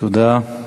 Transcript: תודה.